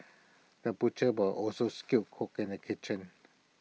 the butcher ware also skilled cook in the kitchen